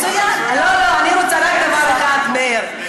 לא, לא, אני רוצה רק דבר אחד, מאיר.